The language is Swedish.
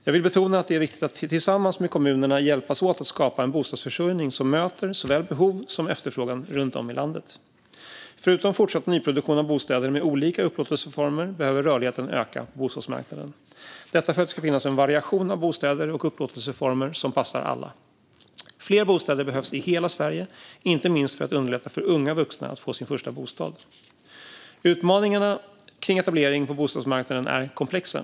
Jag vill betona att det är viktigt att tillsammans med kommunerna hjälpas åt att skapa en bostadsförsörjning som möter såväl behov som efterfrågan runt om i landet. Förutom fortsatt nyproduktion av bostäder med olika upplåtelseformer behöver rörligheten öka på bostadsmarknaden - detta för att det ska finnas en variation av bostäder och upplåtelseformer som passar alla. Fler bostäder behövs i hela Sverige, inte minst för att underlätta för unga vuxna att få sin första bostad. Utmaningarna kring etablering på bostadsmarknaden är komplexa.